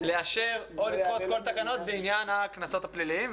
לאשר או לדחות כל תקנות בעניין הקנסות הפליליים,